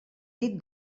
dit